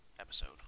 episode